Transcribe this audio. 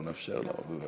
אנחנו נאפשר לו.